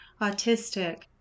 autistic